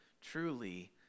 truly